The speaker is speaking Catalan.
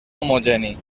homogeni